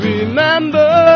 Remember